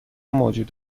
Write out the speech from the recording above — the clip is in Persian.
موجود